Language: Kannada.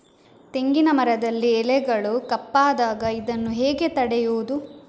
ತೆಂಗಿನ ಮರದಲ್ಲಿ ಎಲೆಗಳು ಕಪ್ಪಾದಾಗ ಇದನ್ನು ಹೇಗೆ ತಡೆಯುವುದು?